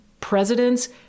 presidents